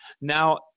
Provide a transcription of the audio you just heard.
Now